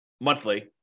monthly